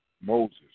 Moses